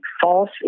false